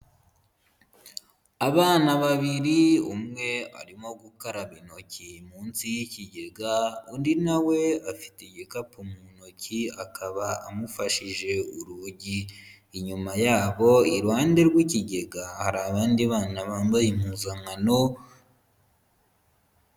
Abana babiri umwe arimo gukaraba intoki munsi y'ikigega undi na we afite igikapu mu ntoki akaba amufashije urugi, inyuma yabo iruhande rw'ikigega hari abandi bana bambaye impuzankano.